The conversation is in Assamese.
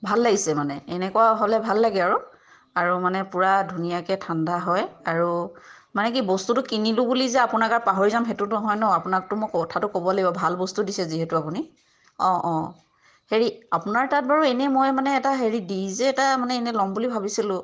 ভাল লাগিছে মানে এনেকুৱা হ'লে ভাল লাগে আৰু আৰু মানে পূৰা ধুনীয়াকৈ ঠাণ্ডা হয় আৰু মানে কি বস্তুটো কিনিলোঁ বুলি যে আপোনাক আৰু পাহৰি যাম সেইটোতো নহয় ন আপোনাকটো মই কথাটো ক'ব লাগিব ভাল বস্তু দিছে যিহেতু আপুনি অঁ অঁ হেৰি আপোনাৰ তাত বাৰু এনেই মই মানে এটা হেৰি ডি জে এটা মানে এনেই মানে ল'ম বুলি ভাবিছিলোঁ